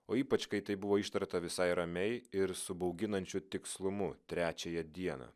o ypač kai tai buvo ištarta visai ramiai ir su bauginančiu tikslumu trečiąją dieną